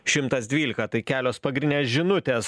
šimas dvylika tai kelios pagrindinės žinutės